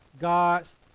God's